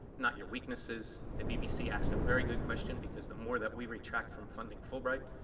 not your weaknesses. the bbc asked a very good question, because the more that we retract from funding fulbright,